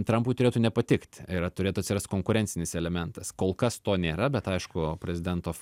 trampui turėtų nepatikti ir turėtų atsirast konkurencinis elementas kol kas to nėra bet aišku prezidento